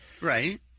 Right